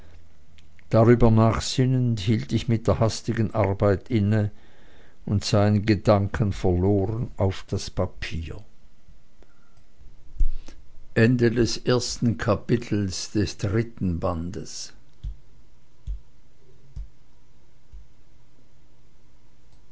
darüber nachsinnend hielt ich mit der hastigen arbeit inne und sah in gedanken verloren auf das papier